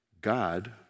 god